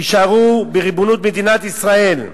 יישארו בריבונות מדינת ישראל,